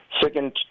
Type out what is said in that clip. Second